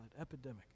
epidemic